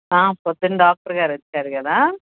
ప్రొద్దున డాక్టర్ గారు వచ్చారు కదా